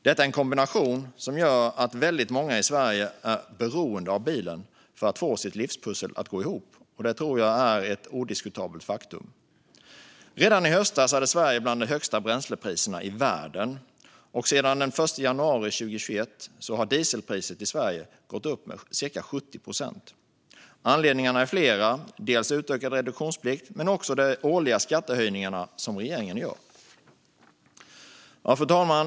Detta är en kombination som gör att väldigt många i Sverige är beroende av bilen för att få sitt livspussel att gå ihop. Det tror jag är ett odiskutabelt faktum. Redan i höstas hade Sverige bland de högsta bränslepriserna i världen, och sedan den 1 januari 2021 har dieselpriset i Sverige gått upp med cirka 70 procent. Anledningarna är flera: dels utökad reduktionsplikt, dels de årliga skattehöjningar som regeringen gör. Fru talman!